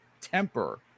Temper